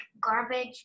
garbage